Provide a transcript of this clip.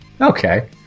Okay